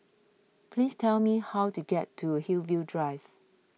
please tell me how to get to Hillview Drive